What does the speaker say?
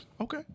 Okay